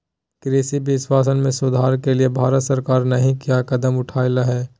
कृषि विपणन में सुधार के लिए भारत सरकार नहीं क्या कदम उठैले हैय?